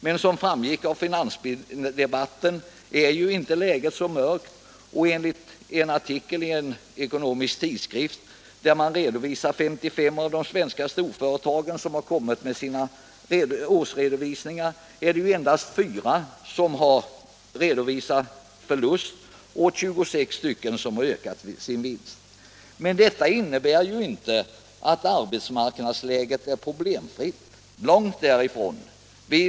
Men som framgick av finansdebatten är inte läget så mörkt, och enligt en artikel ien ekonomisk tidskrift där det redogörs för 55 av de svenska storföretagens årsredovisningar är det endast fyra av dessa företag som har redovisat förlust, medan 26 stycken har ökat sin vinst. Detta innebär dock inte att arbetsmarknadsläget är problemfritt, långt Arbetsmarknadspolitiken Arbetsmarknadspolitiken därifrån.